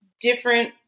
different